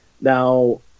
Now